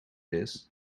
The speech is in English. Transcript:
this